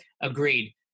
agreed